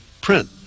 print